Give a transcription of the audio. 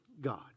God